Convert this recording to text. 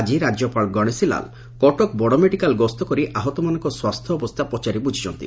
ଆକି ରାଜ୍ୟପାଳ ଗଶେଶି ଲାଲ୍ କଟକ ବଡ଼ମେଡ଼ିକାଲ ଗସ୍ତ କରି ଆହତମାନଙ୍କ ସ୍ୱାସ୍ଥ୍ୟାବସ୍ଥା ପଚାରି ବୁଝିଛନ୍ତି